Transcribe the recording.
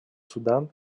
судан